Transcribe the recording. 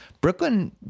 Brooklyn